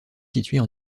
situées